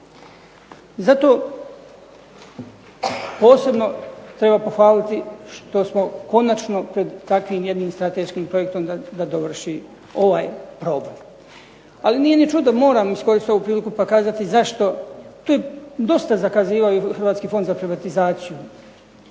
Zato posebno treba pohvaliti što smo konačno pred takvim jednim strateškim projektom da dovrši ovaj problem. Ali nije ni čudo, moram iskoristiti ovu priliku pa kazati zašto, tu je dosta zakazivao i Hrvatski fond za privatizaciju.